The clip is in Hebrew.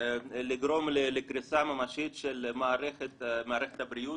לגרום לקריסה ממשית של מערכת הבריאות,